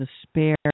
despair